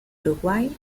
uruguay